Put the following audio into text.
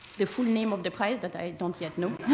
the full name of the prize that i don't yet know.